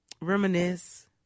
reminisce